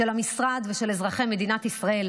של המשרד ושל אזרחי מדינת ישראל.